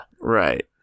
Right